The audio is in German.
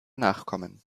nachkommen